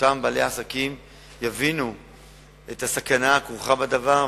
ואותם בעלי עסקים יבינו את הסכנה הכרוכה בדבר,